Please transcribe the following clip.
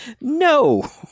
No